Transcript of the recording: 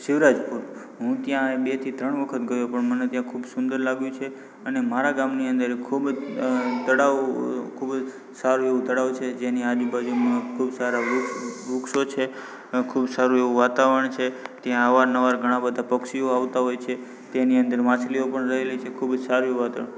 શિવરાજપુર હું ત્યાં બે થી ત્રણ વખત ગયો પણ મને ત્યાં ખૂબ સુંદર લાગ્યું છે અને મારા ગામની અંદર એ ખૂબ જ તળાવ ખૂબ જ સારું એવું તળાવ છે જેની આજુબાજુ ખૂબ સારાં વૃક્ષ વૃક્ષો છે ખૂબ સારું એવું વાતાવરણ છે ત્યાં અવાર નવાર ઘણા બધા પક્ષીઓ આવતા હોય છે તેની અંદર માછલીઓ પણ રહેલી છે ખૂબ સારું એવું વાતાવરણ